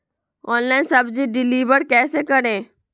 Online सब्जी deliver कैसे करें?